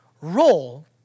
role